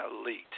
elite